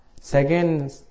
second